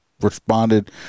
responded